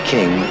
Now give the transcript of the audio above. King